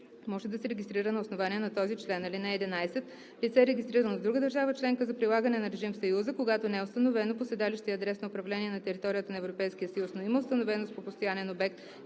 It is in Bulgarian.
може да се регистрира на основание на този член. (11) Лице, регистрирано в друга държава членка за прилагане на режим в Съюза, което не е установено по седалище и адрес на управление на територията на Европейския съюз, но има установеност по постоянен обект